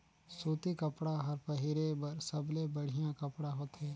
सूती कपड़ा हर पहिरे बर सबले बड़िहा कपड़ा होथे